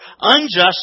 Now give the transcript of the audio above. unjust